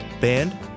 band